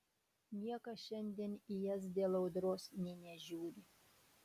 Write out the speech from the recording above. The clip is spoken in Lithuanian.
niekas šiandien į jas dėl audros nė nežiūri